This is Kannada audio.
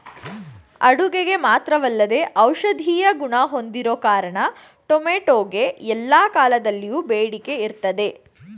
ಅಡುಗೆಗೆ ಮಾತ್ರವಲ್ಲದೇ ಔಷಧೀಯ ಗುಣ ಹೊಂದಿರೋ ಕಾರಣ ಟೊಮೆಟೊಗೆ ಎಲ್ಲಾ ಕಾಲದಲ್ಲಿಯೂ ಬೇಡಿಕೆ ಇರ್ತದೆ